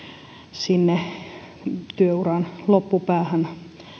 sinne työuran loppupäähän